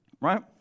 Right